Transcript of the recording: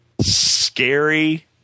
scary